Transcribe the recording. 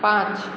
पाँच